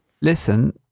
Listen